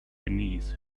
beneath